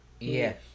Yes